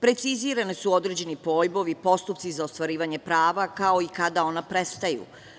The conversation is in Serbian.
Precizirani su određeni pojmovi i postupci za ostvarivanje prava, kao i kada ona prestaju.